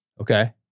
Okay